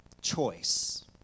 choice